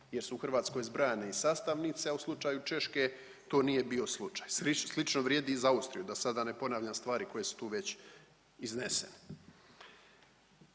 jer su u Hrvatskoj zbrajane i sastavnice, a u slučaju Češke to nije bio slučaj. Slično vrijedi i za Austriju, da sada ne ponavljam stvari koje su tu već iznesene.